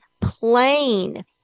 plain